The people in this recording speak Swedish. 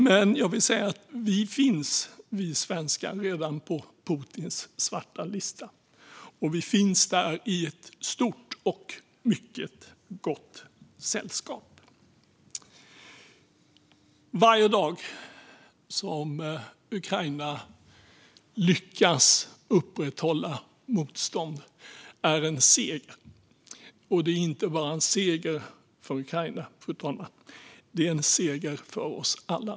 Men jag vill säga att vi svenskar redan finns på Putins svarta lista, och vi finns där i ett stort och mycket gott sällskap. Varje dag som Ukraina lyckas upprätthålla motstånd är en seger. Det är inte bara en seger för Ukraina, fru talman. Det är en seger för oss alla.